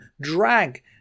drag